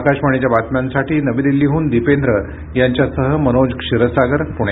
आकाशवाणीच्या बातम्यांसाठी नवी दिल्लीहून दिपेंद्र यांच्यासह मनोज क्षीरसागर पुणे